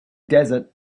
desert